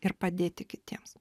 ir padėti kitiems